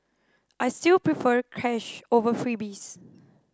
I still prefer cash over freebies